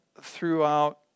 throughout